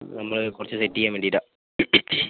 നമ്മൾ കുറച്ച് സെറ്റ് ചെയ്യാൻ വേണ്ടിയിട്ടാണ്